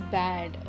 bad।